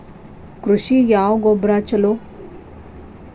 ಕೃಷಿಗ ಯಾವ ಗೊಬ್ರಾ ಛಲೋ?